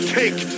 take